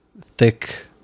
thick